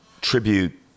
tribute